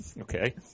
Okay